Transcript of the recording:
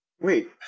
Wait